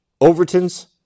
Overton's